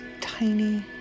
tiny